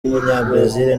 w’umunyabrazil